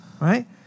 right